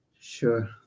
Sure